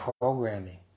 programming